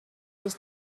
his